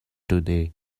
today